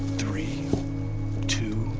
three two